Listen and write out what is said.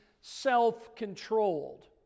self-controlled